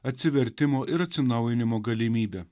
atsivertimo ir atsinaujinimo galimybę